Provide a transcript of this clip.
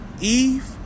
Eve